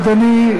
אדוני,